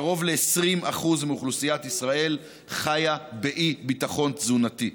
קרוב ל-20% מאוכלוסיית ישראל חיים באי-ביטחון תזונתי.